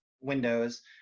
windows